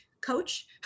coach